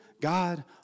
God